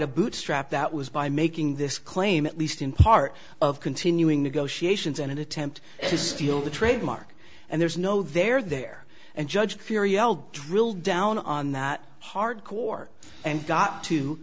to bootstrap that was by making this claim at least in part of continuing negotiations in an attempt to steal the trademark and there's no there there and judge fear yelled drill down on that hard core and got to